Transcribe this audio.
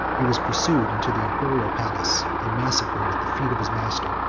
he was pursued into the imperial palace, and massacred at the feet of his master,